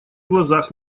глазах